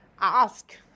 ask